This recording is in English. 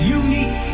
unique